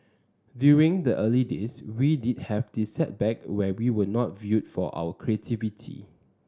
during the early days we did have this setback where we were not viewed for our creativity